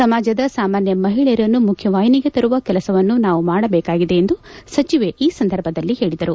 ಸಮಾಜದ ಸಾಮಾನ್ಯ ಮಹಿಳೆಯರನ್ನು ಮುಖ್ಯವಾಹಿನಿಗೆ ತರುವ ಕೆಲಸವನ್ನು ನಾವು ಮಾಡಬೇಕಾಲಿದೆ ಎಂದು ಸಚಿವೆ ಈ ಸಂದರ್ಭದಲ್ಲ ಹೇಳದರು